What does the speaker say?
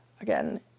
again